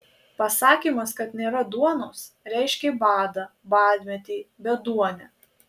pasakymas kad nėra duonos reiškė badą badmetį beduonę